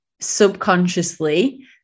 subconsciously